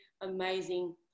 amazing